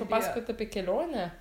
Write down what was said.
papasakot apie kelionę